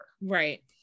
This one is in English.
Right